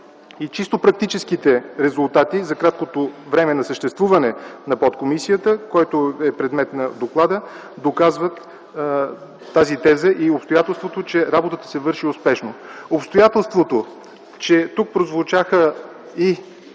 и чисто практическите резултати за краткото време на съществуване на подкомисията, което е предмет на доклада, доказва тази теза и обстоятелството, че работата се върши успешно. Обстоятелството, че тук прозвучаха и